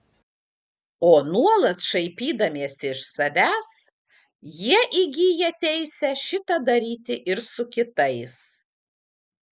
o nuolat šaipydamiesi iš savęs jie įgyja teisę šitą daryti ir su kitais